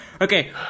Okay